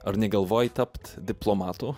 ar negalvoji tapt diplomatu